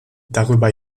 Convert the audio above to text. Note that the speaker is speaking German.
darüber